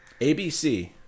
ABC